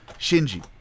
Shinji